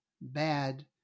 bad